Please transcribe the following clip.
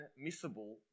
unmissable